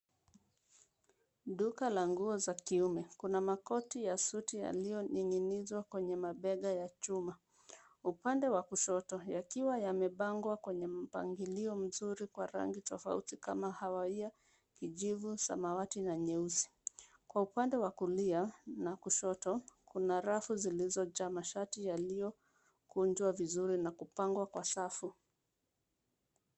Duka la nguo za kiume. Kuna makoti ya suti yaliyoning’inizwa kwenye mabembe ya chuma. Upande wa kushoto, yamepangwa kwenye mpangilio mzuri kwa rangi tofauti kama kahawia, kijivu, samawati na nyeusi. Upande wa kulia na kushoto, kuna rafu zilizo na mashati yaliyokunjwa vizuri na kupangwa kwa safu.